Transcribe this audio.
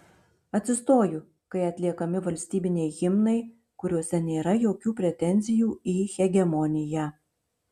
atsistoju kai atliekami valstybiniai himnai kuriuose nėra jokių pretenzijų į hegemoniją